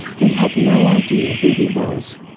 he had no idea who he was.